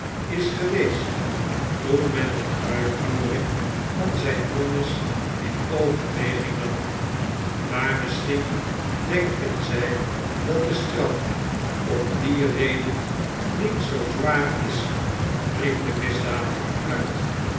is geweest toen men de uitvoering van zijn vonnis in overweging nam maar misschien denken zij dat de straf om die reden niet zoo zwaar is riep de misdadiger uit